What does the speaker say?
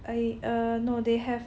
I err no they have